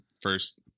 first